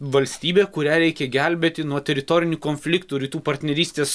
valstybė kurią reikia gelbėti nuo teritorinių konfliktų rytų partnerystės